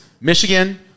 Michigan